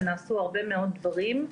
ונעשו הרבה מאוד דברים.